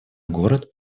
город